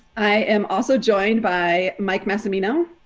i am also joined by mike massimino,